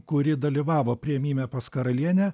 kuri dalyvavo priėmime pas karalienę